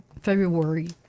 February